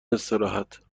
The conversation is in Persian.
استراحت